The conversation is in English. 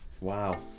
wow